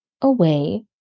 away